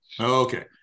Okay